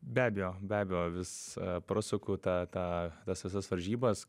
be abejo be abejo vis prasuku tą tą tas visas varžybas